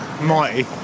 mighty